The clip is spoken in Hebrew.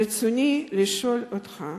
ברצוני לשאול אותך: